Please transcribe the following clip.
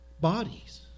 Bodies